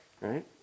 Right